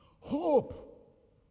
Hope